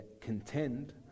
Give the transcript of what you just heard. contend